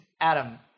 Adam